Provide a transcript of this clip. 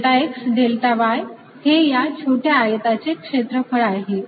delta x delta y हे या छोट्या आयताचे क्षेत्रफळ आहे